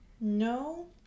No